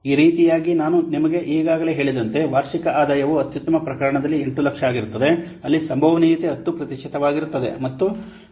ಈ ರೀತಿಯಾಗಿ ನಾನು ಈಗಾಗಲೇ ನಿಮಗೆ ಹೇಳಿದಂತೆ ವಾರ್ಷಿಕ ಆದಾಯವು ಅತ್ಯುತ್ತಮ ಪ್ರಕರಣದಲ್ಲಿ800000 ಆಗಿರುತ್ತದೆ ಅಲ್ಲಿ ಸಂಭವನೀಯತೆ 10 ಪ್ರತಿಶತವಾಗಿರುತ್ತದೆ